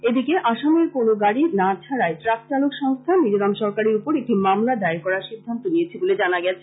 এদিকে আসামের কোন গাড়ি না ছাড়ায় ট্রাক চালক সংস্থা মিজোরাম সরকারের উপর একটি মামলা দায়ের করার সিদ্ধান্ত নিয়েছে বলে জানা গেছে